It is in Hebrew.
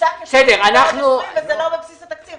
נמצא כתקציב --- וזה לא בבסיס התקציב,